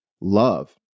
love